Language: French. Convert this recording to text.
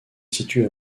situe